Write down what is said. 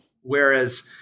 Whereas